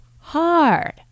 hard